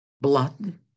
Blood